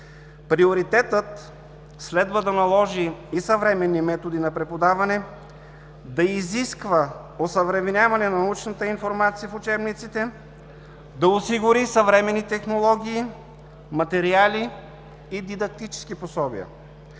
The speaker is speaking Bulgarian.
Приоритетът следва да наложи и съвременни методи на преподаване, да изисква осъвременяване на научната информация в учебниците, да осигури съвременни технологии, материали и дидактически пособия.